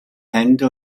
hände